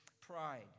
pride